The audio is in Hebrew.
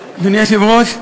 היושב-ראש,